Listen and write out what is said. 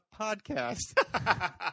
podcast